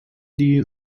die